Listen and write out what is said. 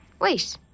Wait